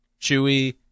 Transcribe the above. Chewie